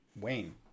wayne